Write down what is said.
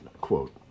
quote